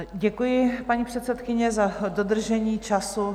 Děkuji, paní předsedkyně, za dodržení času.